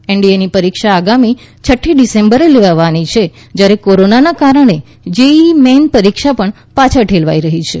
એનડીએની પરીક્ષા આગામીછઠ્ઠી ડિસેમ્બરે લેવાવાની છે જ્યારે કોરોનાના કારણે જેઈઈ મેઇન પરીક્ષા પણ પાછળઠેલાઈ રહી છે